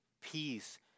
peace